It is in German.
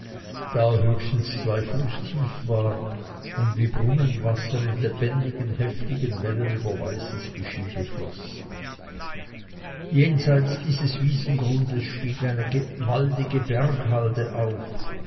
da er höchstens zwei fuß tief war und wie brunnenwasser in lebendigen heftigen wellen über weißes geschiebe floß jenseits dieses wiesengrundes stieg eine waldige berghalde auf